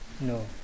no